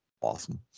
awesome